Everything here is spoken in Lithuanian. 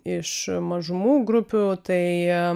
iš mažumų grupių tai